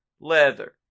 leather